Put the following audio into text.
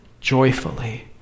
joyfully